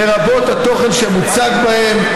לרבות התוכן שמוצג בהם,